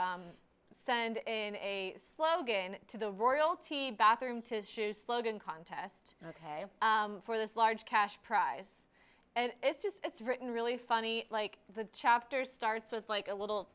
send in a slogan to the royalty bathroom tissue slogan contest ok for this large cash prize and it's just it's written really funny like the chapter starts with like a little